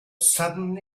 sudden